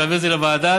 ולהעביר את זה לוועדת,